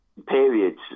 periods